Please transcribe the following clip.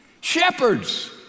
Shepherds